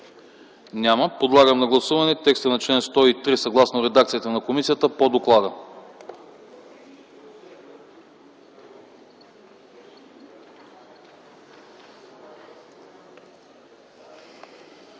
Няма. Подлагам на гласуване текста на чл. 103, съгласно редакцията на комисията по доклада.